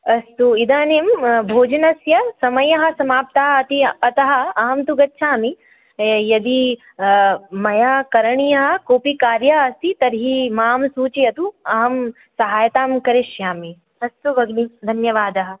अस्तु इदानीं भोजनस्य समयः समाप्ताति अतः अहं तु गच्छामि यदि मया करणीयं किमपि कार्यम् अस्ति तर्हि मां सूचयतु अहं सहायतां करिष्यामि अस्तु भगिनि धन्यवादः